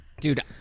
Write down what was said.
dude